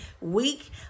week